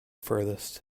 furthest